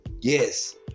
Yes